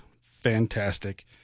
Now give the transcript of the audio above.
fantastic